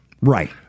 Right